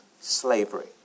slavery